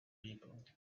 people